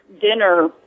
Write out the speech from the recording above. dinner